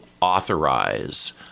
authorize